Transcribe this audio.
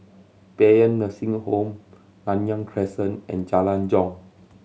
Paean Nursing Home Nanyang Crescent and Jalan Jong